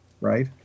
right